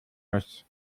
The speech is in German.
muss